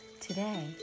Today